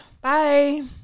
bye